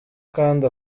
kandi